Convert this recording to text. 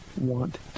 want